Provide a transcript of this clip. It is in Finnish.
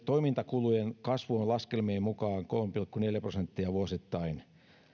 toimintakulujen kasvu on laskelmien mukaan kolme pilkku neljä prosenttia vuosittain